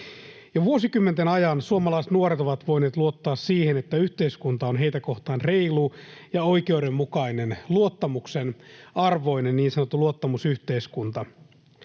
vuosikymmenten ajan suomalaiset nuoret ovat voineet luottaa siihen, että yhteiskunta on heitä kohtaan reilu ja oikeudenmukainen, luottamuksen arvoinen, niin sanottu luottamusyhteiskunta.